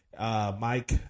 Mike